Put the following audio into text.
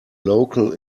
local